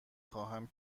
خواهم